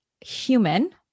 human